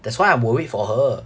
that's why I'm worried for her